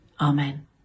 Amen